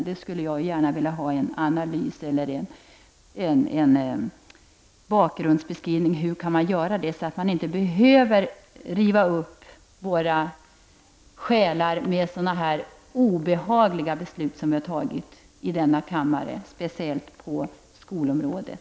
Jag skulle gärna vilja ha en bakgrundsbeskrivning av hur detta skall kunna ske, så att våra själar inte behöver rivas upp med sådana obehagliga beslut som vi har fattat i denna kammare, speciellt på skolområdet.